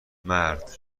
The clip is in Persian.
مرد